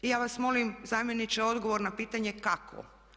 Ja vas molim zamjeniče odgovor na pitanje kako?